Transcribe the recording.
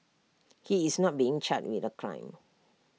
he is not being charged with A crime